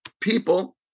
people